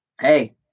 Hey